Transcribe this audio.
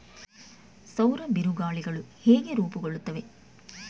ಸೌರ ಬಿರುಗಾಳಿಗಳು ಹೇಗೆ ರೂಪುಗೊಳ್ಳುತ್ತವೆ?